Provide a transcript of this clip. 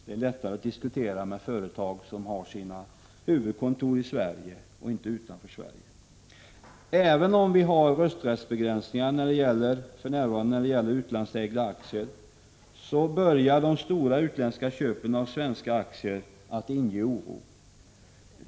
Det är lättare att diskutera med företag som har sitt huvudkontor i Sverige och inte utanför Sverige. Även om vi för närvarande har rösträttsbegränsningar för utlandsägda aktier börjar de stora utländska köpen av svenska aktier att inge oro.